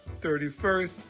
31st